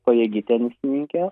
pajėgi tenisininkė